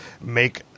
make